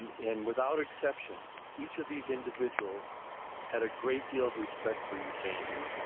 and without exception each of these individuals had a great deal of respect for you sandy,